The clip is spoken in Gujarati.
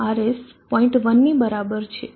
1 ની બરાબર છે